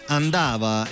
andava